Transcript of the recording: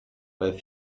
bei